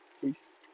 Peace